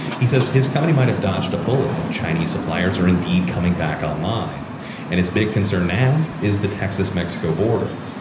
he says his company might have dodged a bullet if chinese suppliers are indeed coming back online and his big concern now is the texas mexico border.